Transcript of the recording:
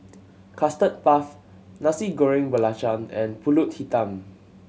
Custard Puff Nasi Goreng Belacan and Pulut Hitam